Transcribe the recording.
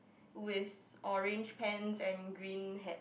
with orange pants and green hat